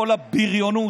כל הבריונות,